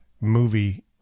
movie